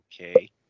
okay